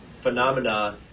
phenomena